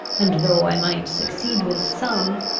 and, though i might succeed with some,